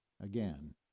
Again